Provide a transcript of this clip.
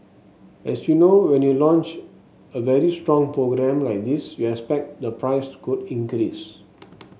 as you know when you launch a very strong program like this you expect the price could increase